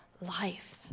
life